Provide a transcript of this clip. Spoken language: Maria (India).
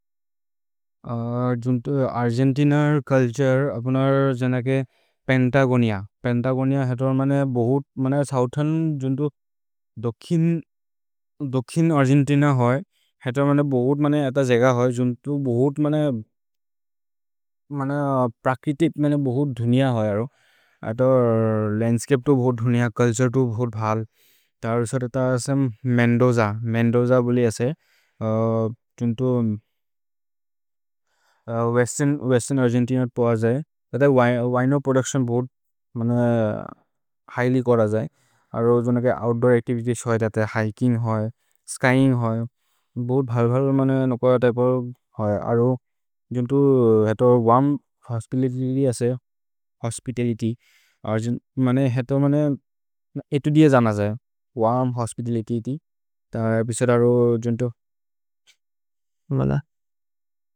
अर्जेन्तिन अर् चुल्तुरे अगुनर् जनके पेन्तगोनिअ, पेन्तगोनिअ हेतो मने बहुत् मन सोउथेर्न् जुन्तो दोखिन् अर्गेन्तिन होइ, हेतो मने बहुत् मने अत जेग होइ जुन्तो बहुत् मने मन प्रक्रितित् मने बहुत् धुनिअ होइ अरो, अत लन्द्स्चपे तु बहुत् धुनिअ, चुल्तुरे तु बहुत् भल्, तर् सरित सेम् मेन्दोज। मेन्दोज बोलि असे, जुन्तो वेस्तेर्न् अर्गेन्तिनिअ अर् पोह जये, जत विनो प्रोदुच्तिओन् बहुत् मन हिघ्ल्य् कोर जये, अरो जुनके ओउत्दूर् अच्तिवितिएस् होइ जते, हिकिन्ग् होइ। स्क्यिन्ग् होइ, बहुत् भल् भल् मन नोकर त्य्पे होइ, अरो जुन्तो हेतो वर्म् होस्पितलित्य् असे। होस्पितलित्य् अर्गेन्त्, मने हेतो मने एतुदिअ जन जये, वर्म् होस्पितलित्य् इति, त एपिसोदे अरो जुन्तो। मन।